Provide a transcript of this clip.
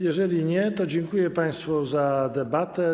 Jeżeli nie, to dziękuję państwu za debatę.